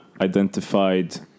identified